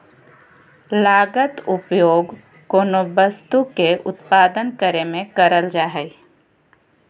लागत उपयोग कोनो वस्तु के उत्पादन करे में करल जा हइ